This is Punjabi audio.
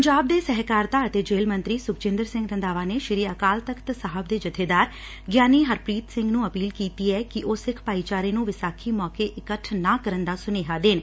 ਪੰਜਾਬ ਦੇ ਸਹਿਕਾਰਤਾ ਅਤੇ ਜੇਲ਼ ਮੰਤਰੀ ਸੁਖਜਿੰਦਰ ਸਿੰਘ ਰੰਧਾਵਾ ਨੇ ਸ੍ਰੀ ਅਕਾਲ ਤਖ਼ਤ ਸਾਹਿਬ ਦੇ ਜੱਬੇਦਾਰ ਗਿਆਨੀ ਹਰਪ੍ੀਤ ਸਿੰਘ ਨੂੰ ਅਪੀਲ ਕੀਤੀ ਐ ਕਿ ਉਹ ਸਿੱਖ ਭਾਈਚਾਰੇ ਨੂੰ ਵਿਸਾਖੀ ਮੌਕੇ ਇਕੱਠ ਨਾ ਕਰਨ ਦਾ ਸੁਨੇਹਾ ਦੇਣ